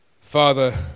Father